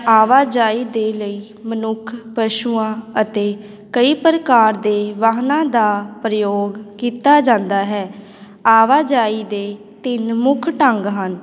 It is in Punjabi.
ਆਵਾਜਾਈ ਦੇ ਲਈ ਮਨੁੱਖ ਪਸ਼ੂਆਂ ਅਤੇ ਕਈ ਪ੍ਰਕਾਰ ਦੇ ਵਾਹਨਾਂ ਦਾ ਪ੍ਰਯੋਗ ਕੀਤਾ ਜਾਂਦਾ ਹੈ ਆਵਾਜਾਈ ਦੇ ਤਿੰਨ ਮੁੱਖ ਢੰਗ ਹਨ